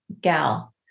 gal